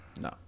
No